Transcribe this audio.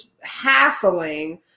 hassling